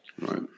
Right